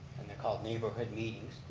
and they call it neighborhood meetings.